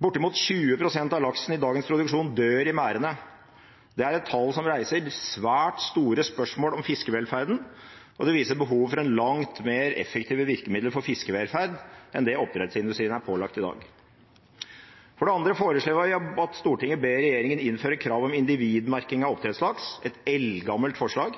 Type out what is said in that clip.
Bortimot 20 pst. av laksen i dagens produksjon dør i merdene. Det er et tall som reiser svært store spørsmål om fiskevelferden, og det viser behov for langt mer effektive virkemidler for fiskevelferd enn det oppdrettsindustrien er pålagt i dag. For det andre foreslår vi at Stortinget ber regjeringen innføre krav om individmerking av oppdrettslaks. Det er et eldgammelt forslag.